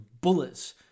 bullets